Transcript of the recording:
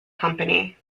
company